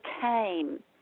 came